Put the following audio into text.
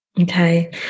Okay